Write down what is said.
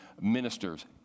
ministers